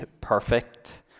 perfect